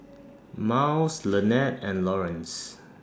Myles Lanette and Lawrence